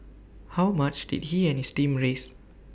how much did he and his team raise